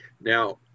Now